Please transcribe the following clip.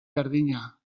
berdina